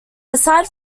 aside